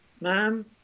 ma'am